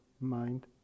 mind